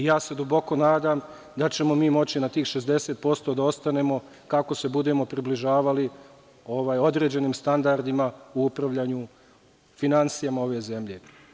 Duboko se nadam da ćemo mi moći na tih 60% da ostanemo kako se budemo približavali određenim standardima u upravljanju finansijama ove zemlje.